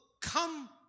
come